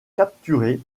capturé